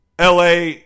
LA